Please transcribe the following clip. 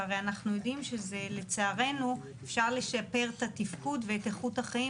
והרי אנחנו יודעים שלצערנו אפשר לשפר את התפקוד ואת איכות החיים,